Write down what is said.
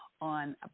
on